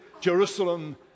Jerusalem